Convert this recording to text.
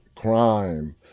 crime